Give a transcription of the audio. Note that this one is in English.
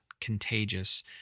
contagious